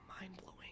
mind-blowing